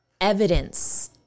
evidence